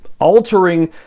altering